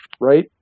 right